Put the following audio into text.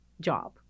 job